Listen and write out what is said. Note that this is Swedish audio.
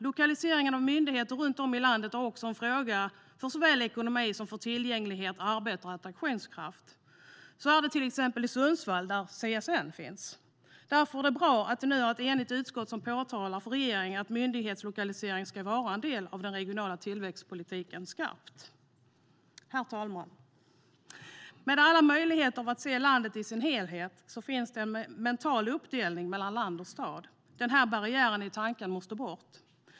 Lokaliseringen av myndigheter runt om i landet är en fråga om såväl ekonomi som tillgänglighet, arbete och attraktionskraft. Så är det till exempel i Sundsvall där CSN finns. Därför är det bra att det nu är ett enigt utskott som påpekar för regeringen att myndighetslokalisering ska vara en skarp del av den regionala tillväxtpolitiken. Herr talman! Trots alla möjligheter det ger att se landet i sin helhet finns det en mental uppdelning mellan land och stad. Den barriären i tanken måste bort.